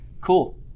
cool